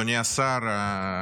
אדוני השר,